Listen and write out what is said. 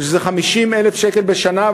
שזה 50,000 שקל בשנה.